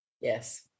yes